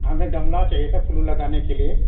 हमें गमला चाहिए था फूल ऊल लगाने के लिए